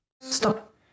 Stop